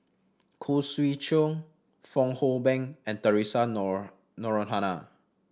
Khoo Swee Chiow Fong Hoe Beng and Theresa